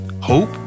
hope